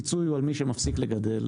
פיצוי הוא על מי שמפסיק לגדל,